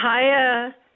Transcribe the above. Hiya